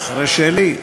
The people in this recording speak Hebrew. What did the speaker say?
אחרי שלי?